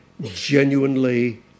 genuinely